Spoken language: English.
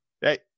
hey